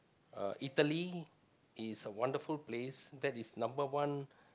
uh Italy is a wonderful place that is number one